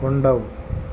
ఉండవు